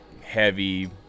heavy